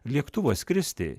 lėktuvą skristi